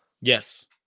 Yes